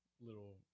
little –